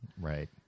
Right